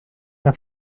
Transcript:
era